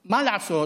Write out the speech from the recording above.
מה לעשות,